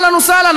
אהלן וסהלן,